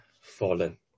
fallen